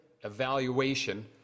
evaluation